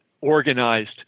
organized